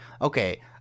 Okay